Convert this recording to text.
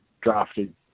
drafted